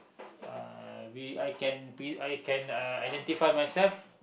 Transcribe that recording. uh we I can uh I can identify myself